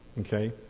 Okay